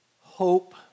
hope